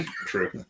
True